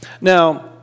Now